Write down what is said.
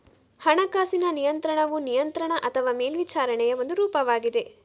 ಹಣಕಾಸಿನ ನಿಯಂತ್ರಣವು ನಿಯಂತ್ರಣ ಅಥವಾ ಮೇಲ್ವಿಚಾರಣೆಯ ಒಂದು ರೂಪವಾಗಿದೆ